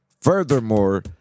Furthermore